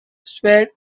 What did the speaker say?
swayed